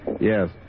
Yes